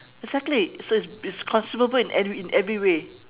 exactly it's a it's consumable in any in every every way